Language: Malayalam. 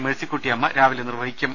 മേഴ്സിക്കുട്ടിയമ്മ രാവിലെ നിർവഹിക്കും